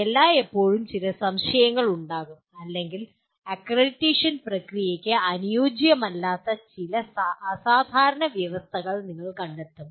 എല്ലായ്പ്പോഴും ചില സംശയങ്ങൾ ഉണ്ടാകും അല്ലെങ്കിൽ അക്രഡിറ്റേഷൻ പ്രക്രിയയ്ക്ക് അനുയോജ്യമല്ലാത്ത ചില അസാധാരണമായ വ്യവസ്ഥകൾ നിങ്ങൾ കണ്ടെത്തും